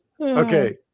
okay